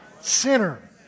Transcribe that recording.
sinner